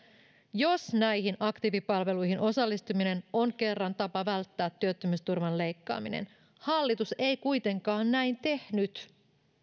jos näihin aktiivipalveluihin osallistuminen on kerran tapa välttää työttömyysturvan leikkaaminen hallitus ei kuitenkaan näin tehnyt siksi